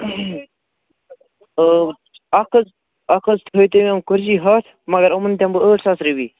آ اَکھ حظ اَکھ حظ تھٲوِو تِم کُرسی ہَتھ مگر یِمَن دِمہٕ بہٕ ٲٹھ ساس رۄپیہِ